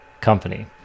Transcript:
Company